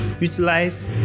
utilize